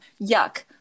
Yuck